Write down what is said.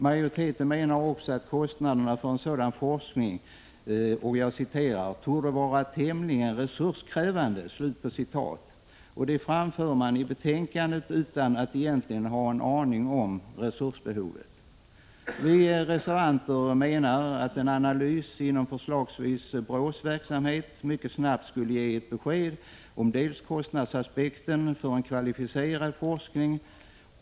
Majoriteten menar också att kostnaderna för en sådan forskning ”torde vara tämligen resurskrävande”. Det framför man i betänkandet utan att egentligen ha en aning om resursbehovet. Vi reservanter menar att en analys inom förslagsvis BRÅ:s verksamhet mycket snabbt skulle ge ett besked om kostnadsaspekten för en kvalificerad forskning.